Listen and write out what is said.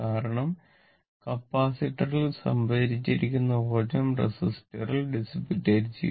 കാരണം കപ്പാസിറ്ററിൽ സംഭരിച്ചിരിക്കുന്ന ഊർജ്ജം റെസിസ്റ്ററിൽ ഡിസിപിറ്റേറ്റ് ചെയ്യും